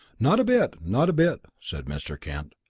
not a bit, not a bit! said mr. kent.